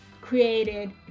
created